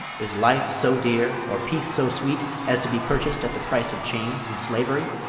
is life so dear, or peace so sweet, as to be purchased at the price of chains and slavery?